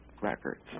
records